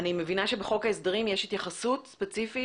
אני מבינה שבחוק ההסדרים יש התייחסות ספציפית